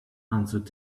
answered